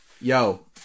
Yo